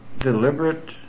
Deliberate